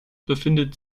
befindet